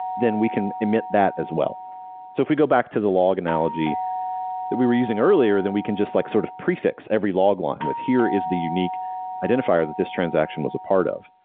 then we can emit that as well so if we go back to the log analogy that we were using earlier, then we can just like sort of prefix every log line with here is the unique identifier that this transaction was a part of.